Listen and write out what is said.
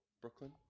Brooklyn